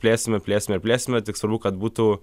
plėsime plėsime ir plėsime tik svarbu kad būtų